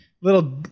Little